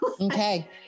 Okay